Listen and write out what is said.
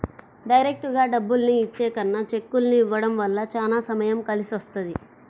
డైరెక్టుగా డబ్బుల్ని ఇచ్చే కన్నా చెక్కుల్ని ఇవ్వడం వల్ల చానా సమయం కలిసొస్తది